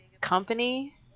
company